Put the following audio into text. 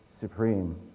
supreme